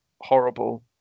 horrible